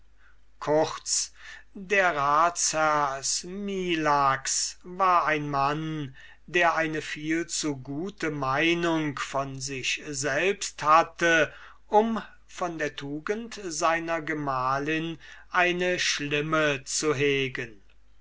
kurz der ratsherr smilax war ein mann der eine viel zu gute meinung von sich selbst hatte um von der tugend seiner gemahlin eine schlimme zu hegen